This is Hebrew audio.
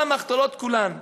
כל המחתרות כולן,